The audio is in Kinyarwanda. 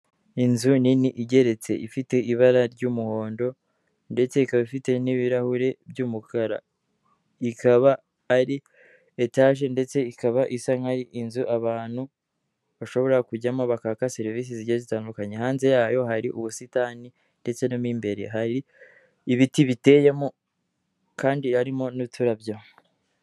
Inzu nini igeretse, ifite ibara ry'umuhondo ndetse ikaba ifite n'ibirahure by'umukara, ikaba ari etaje ndetse ikaba isa nk'inzu abantu bashobora kujyamo bakaka serivisi zigiye zitandukanye, hanze yayo hari ubusitani ndetse no mo imbereri hari ibiti biteyemo kandi harimo n'uturabyo.